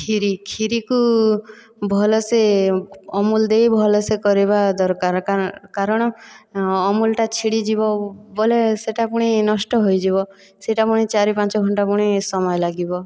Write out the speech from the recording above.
କ୍ଷିରି କ୍ଷିରିକୁ ଭଲସେ ଅମୁଲ ଦେଇ ଭଲସେ କରିବା ଦରକାର କାରଣ ଅମୁଲଟା ଛିଡ଼ିଯିବ ବୋଲେ ସେହିଟା ପୁଣି ନଷ୍ଟ ହୋଇଯିବ ସେହିଟା ପୁଣି ଚାରି ପାଞ୍ଚ ଘଣ୍ଟା ପୁଣି ସମୟ ଲାଗିବ